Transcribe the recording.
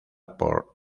por